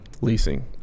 Leasing